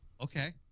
Okay